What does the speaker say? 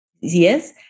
Yes